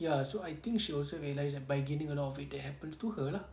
ya so I think she also realise that by gaining a lot of weight it happens to her lah